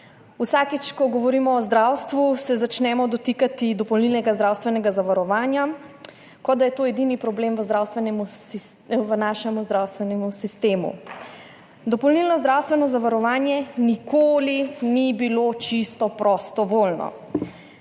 Vsakič, ko govorimo o zdravstvu se začnemo dotikati dopolnilnega zdravstvenega zavarovanja, kot da je to edini problem v našem zdravstvenem sistemu. Dopolnilno zdravstveno zavarovanje nikoli ni bilo čisto prostovoljno.